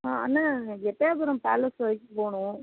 ஆ அண்ண எட்டயபுரம் பேலஸ் வரைக்கும் போகணும்